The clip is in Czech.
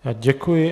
Já děkuji.